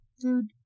dude